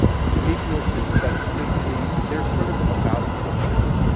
uniqueness, their specificity, they're sort of about something.